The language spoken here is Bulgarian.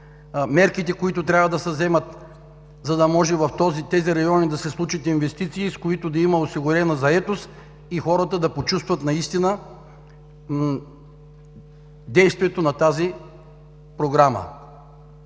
мерките, които трябва да се вземат, за да може в тези райони да се случат инвестиции, с които да има осигурена заетост и хората да почувстват наистина действието на тази Програма.